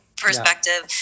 perspective